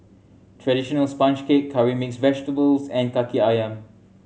traditional sponge cake curry mix vegetables and Kaki Ayam